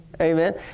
Amen